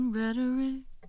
rhetoric